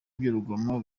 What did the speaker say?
by’urugomo